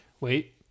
Wait